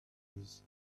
his